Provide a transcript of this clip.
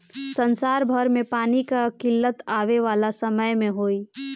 संसार भर में पानी कअ किल्लत आवे वाला समय में होई